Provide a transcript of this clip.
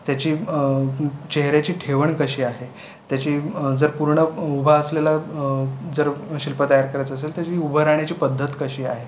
त्याची चेहऱ्याची ठेवण कशी आहे त्याची जर पूर्ण उभा असलेला जर शिल्प तयार करायचं असेल त्याची उभं राहण्याची पद्धत कशी आहे